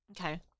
Okay